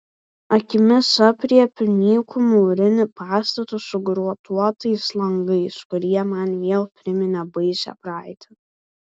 akimis aprėpiu nykų mūrinį pastatą su grotuotais langais kurie man vėl priminė baisią praeitį